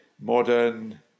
modern